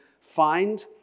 find